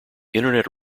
internet